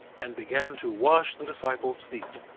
and began to wash the disciples' feet.